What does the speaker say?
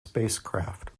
spacecraft